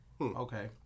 Okay